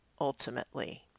Ultimately